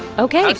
ok.